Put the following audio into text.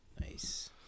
Nice